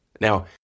Now